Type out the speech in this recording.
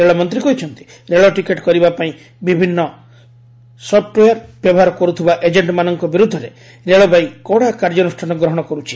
ରେଳମନ୍ତ୍ରୀ କହିଛନ୍ତି ରେଳ ଟିକେଟ୍ କରିବା ପାଇଁ ବିଭିନ୍ନ ସ୍ୱପୁଓ୍ୱେୟାର ବ୍ୟବହାର କରୁଥିବା ଏଜେକ୍ଷମାନଙ୍କ ବିରୁଦ୍ଧରେ ରେଳବାଇ କଡ଼ା କାର୍ଯ୍ୟାନୁଷ୍ଠାନ ଗ୍ରହଣ କରୁଛି